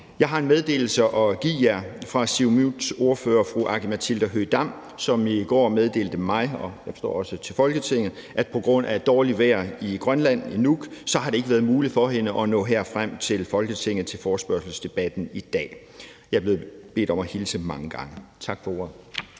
Jeg har en meddelelse at give jer fra Siumuts ordfører, fru Aki-Matilda Høegh-Dam, som i går meddelte, at på grund af dårligt vejr i Nuuk har det ikke været muligt for hende at nå frem til Folketinget til den her forespørgselsdebat i dag. Jeg er blevet bedt om at hilse mange gange. Tak for ordet.